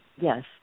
Yes